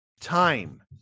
time